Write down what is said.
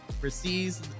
receives